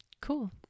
Cool